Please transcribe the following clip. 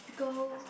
the goal